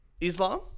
Islam